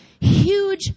huge